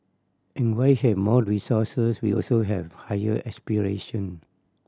and while he have more resources we also have higher aspiration